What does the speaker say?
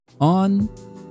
on